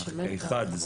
האחד,